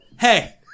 Hey